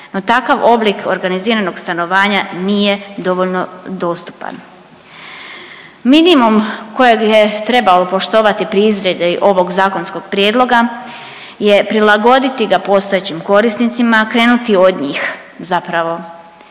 no takav oblik organiziranog stanovanja nije dovoljno dostupan. Minimum kojeg je trebalo poštovati pri izradi ovog zakonskog prijedloga je prilagoditi ga postojećim korisnicima, krenuti od njih zapravo